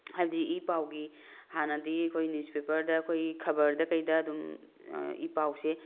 ꯍꯥꯏꯕꯗꯤ ꯏ ꯄꯥꯎꯒꯤ ꯍꯥꯟꯅꯗꯤ ꯑꯩꯈꯣꯏ ꯅꯤꯎꯁꯄꯦꯄꯔꯗ ꯑꯩꯈꯣꯏꯒꯤ ꯈꯕꯔꯗ ꯀꯩꯗ ꯑꯗꯨꯝ ꯏ ꯄꯥꯎꯁꯦ